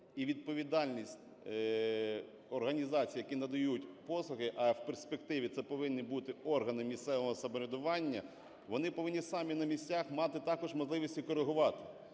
і відповідальність організацій, які надають послуги, а в перспективі це повинні бути органи місцевого самоврядування, вони повинні самі на місцях мати також можливість і коригувати.